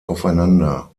aufeinander